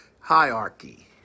hierarchy